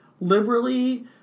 liberally